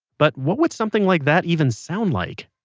but what would something like that even sound like?